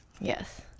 Yes